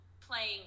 playing